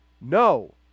No